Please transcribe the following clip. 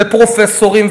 ופרופסורים,